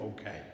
okay